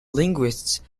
linguists